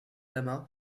lama